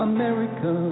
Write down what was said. America